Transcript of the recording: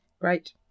Great